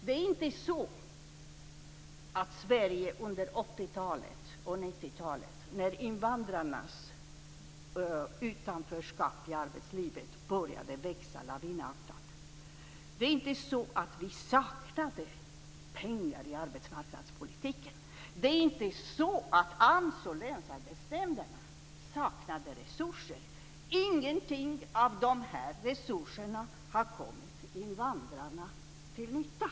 Det är inte så att Sverige under 80-talet och 90-talet, när invandrarnas utanförskap i arbetslivet började växa lavinartat, saknade pengar i arbetsmarknadspolitiken. Det var inte så att Ingenting av de här resurserna har kommit invandrarna till nytta.